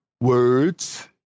Words